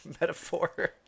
metaphor